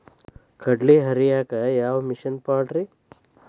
ಕಡ್ಲಿ ಹರಿಯಾಕ ಯಾವ ಮಿಷನ್ ಪಾಡ್ರೇ?